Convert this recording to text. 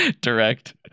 direct